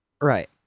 Right